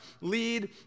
lead